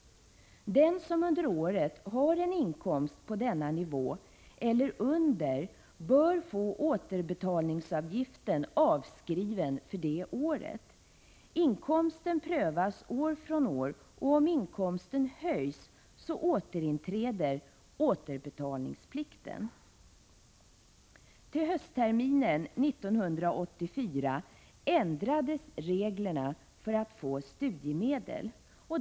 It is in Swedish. Den som under ett år har en inkomst på eller under denna nivå bör få återbetalningsavgiften avskriven för det året. Inkomsten bör sedan prövas år från år och återbetalningsplikten återinträda om inkomsten höjs över den angivna nivån. Till höstterminen 1984 ändrades reglerna för erhållande av studiemedel.